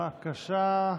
בבקשה,